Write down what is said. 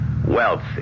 Wealth